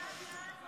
//